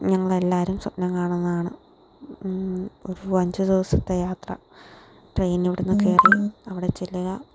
ഞങ്ങളെല്ലാവരും സ്വപ്നം കാണുന്നതാണ് ഒരു അഞ്ചു ദിവസത്തെ യാത്ര ട്രെയിനിന് ഇവിടെ നിന്ന് കയറി അവിടെ ചെല്ലുക